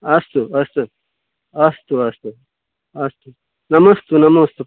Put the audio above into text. अस्तु अस्तु अस्तु अस्तु अस्तु नमस्ते नमस्ते